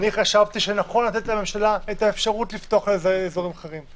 אני חשבתי שנכון לתת לממשלה את האפשרות לפתוח אזורים אחרים.